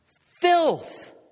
filth